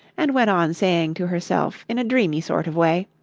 and went on saying to herself, in a dreamy sort of way,